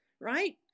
right